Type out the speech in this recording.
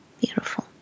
Beautiful